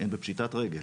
הם בפשיטת רגל.